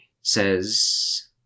says